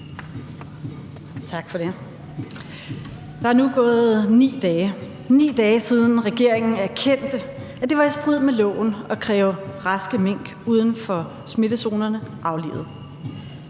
Der er nu gået 9 dage, 9 dage, siden regeringen erkendte, at det var i strid med loven at kræve raske mink uden for smittezonerne aflivet.